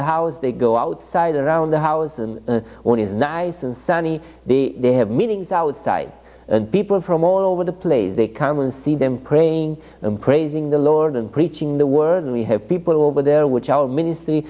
the house they go outside around the house and one is nice and sunny they have meetings outside and people from all over the place they come and see them praying and praising the lord and preaching the word and we have people over there which our m